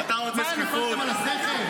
מה, נפלתם על השכל?